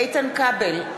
איתן כבל,